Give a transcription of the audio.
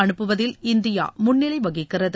அனுப்புவதில் India முன்னிலை வகிக்கிறது